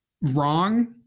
wrong